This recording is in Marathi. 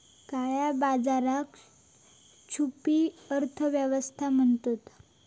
काळया बाजाराक छुपी अर्थ व्यवस्था म्हणतत